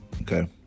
okay